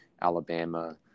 Alabama